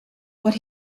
what